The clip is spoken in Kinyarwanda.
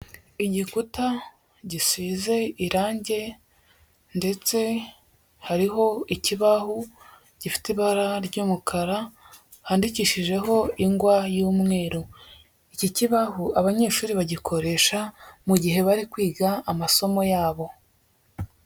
Igikuta gisize irange, ndetse hariho ikibaho gifite ibara ry'umukara, handikishijeho ingwa y'umweru, iki kibaho abanyeshuri bagikoresha mu gihe bari kwiga amasomo yabo.